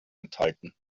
enthalten